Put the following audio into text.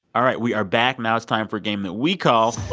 all right, we are back. now it's time for a game that we call.